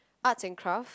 arts and craft